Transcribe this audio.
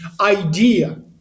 idea